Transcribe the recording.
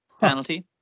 Penalty